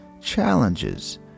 challenges